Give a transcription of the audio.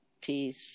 Peace